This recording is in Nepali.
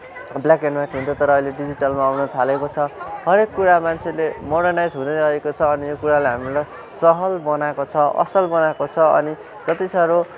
ब्ल्याक एन्ड वाइट हुन्थ्यो तर अहिले डिजिटलमा आउन थालेको छ हरेक कुरा मान्छेले मर्डानाइज हुँदै गएको छ अनि यो कुरालाई हामीलाई सहल बनाएको छ असल बनाएको छ अनि जति साह्रो